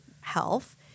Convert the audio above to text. health